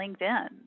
LinkedIn